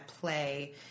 play